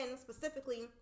specifically